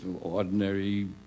ordinary